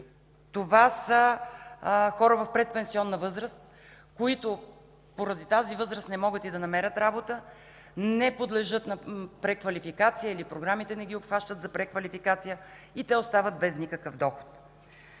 Това са хора в предпенсионна възраст, които поради тази възраст не могат да намерят работа, не подлежат на преквалификация или програмите за преквалификация не ги обхващат и те остават без никакъв доход.